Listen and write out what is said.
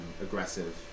aggressive